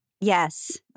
Yes